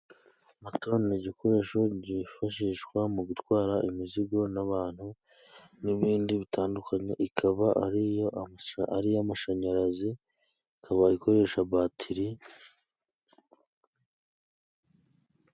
Moto ni igikoresho cyifashishwa mu gutwara imizigo n'abantu n'ibindi bitandukanye, ikaba ari iy'amashanyarazi, ikaba ikoresha batiri.